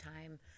time